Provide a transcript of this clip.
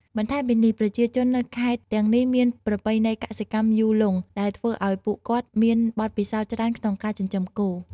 បន្ថែមពីនេះប្រជាជននៅខេត្តទាំងនេះមានប្រពៃណីកសិកម្មយូរលង់ ដែលធ្វើឱ្យពួកគាត់មានបទពិសោធន៍ច្រើនក្នុងការចិញ្ចឹមគោ។